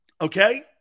Okay